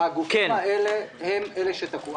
הגופים האלה הם שתקעו.